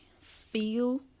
feel